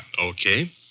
Okay